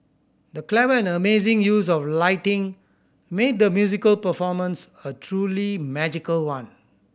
the clever and amazing use of lighting made the musical performance a truly magical one